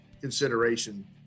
consideration